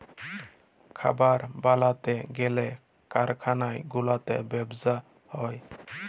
খাবার বালাতে গ্যালে কারখালা গুলাতে ব্যবসা হ্যয়